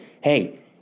hey